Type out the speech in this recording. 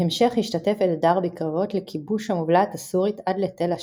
בהמשך השתתף אלדר בקרבות לכיבוש המובלעת הסורית עד לתל א-שמס.